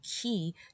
key